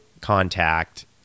contact